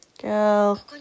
girl